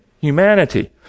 humanity